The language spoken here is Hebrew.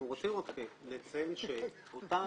אנחנו רוצים לציין שאותה